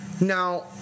Now